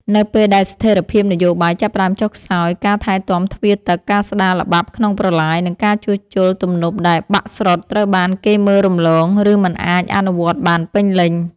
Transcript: នៅពេលដែលស្ថិរភាពនយោបាយចាប់ផ្ដើមចុះខ្សោយ ការថែទាំទ្វារទឹក ការស្ដារល្បាប់ក្នុងប្រឡាយ និងការជួសជុលទំនប់ដែលបាក់ស្រុត ត្រូវបានគេមើលរំលង ឬមិនអាចអនុវត្តបានពេញលេញ។